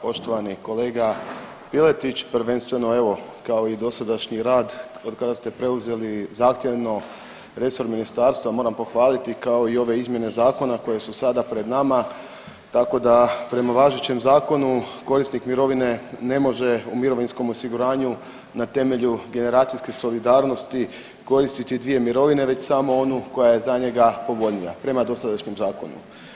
Poštovani kolega Piletić, prvenstveno evo kao i dosadašnji rad otkada ste preuzeli zahtjevno resor ministarstva moram pohvaliti kao i ove izmjene zakona koje su sada pred nama tako da prema važećem zakonu korisnik mirovine ne može u mirovinskom osiguranju na temelju generacijske solidarnosti koristiti dvije mirovine već samo onu koja je za njemu povoljnija, prema dosadašnjem zakonu.